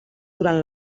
durant